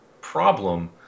problem